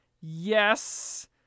Yes